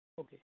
Okay